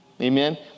Amen